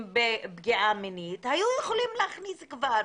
בפגיעה מינית היו יכולים להכניס כבר